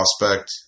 prospect